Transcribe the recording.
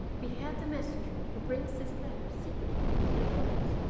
behead the messenger who brings this letter secretly and at once.